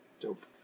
Dope